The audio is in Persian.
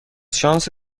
شانس